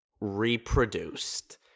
reproduced